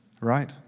right